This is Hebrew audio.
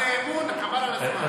יש את ההצבעה לשופטים ולדיינים,